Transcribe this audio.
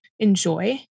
enjoy